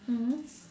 mm